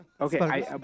Okay